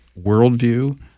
worldview